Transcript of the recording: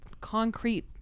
concrete